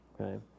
okay